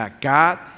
God